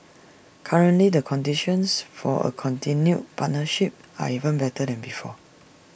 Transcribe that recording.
currently the conditions for A continued partnership are even better than before